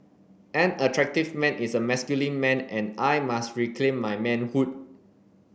an attractive man is a masculine man and I must reclaim my manhood